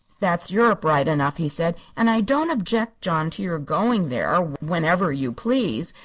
that's europe, right enough, he said. and i don't object, john, to your going there whenever you please.